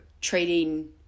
treating